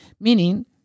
meaning